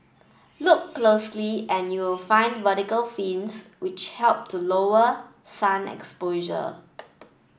look closely and you'll find vertical fins which help to lower sun exposure